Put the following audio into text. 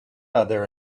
other